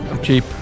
cheap